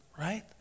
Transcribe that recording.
Right